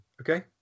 okay